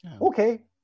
Okay